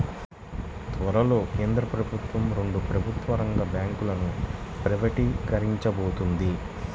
త్వరలో కేంద్ర ప్రభుత్వం రెండు ప్రభుత్వ రంగ బ్యాంకులను ప్రైవేటీకరించబోతోంది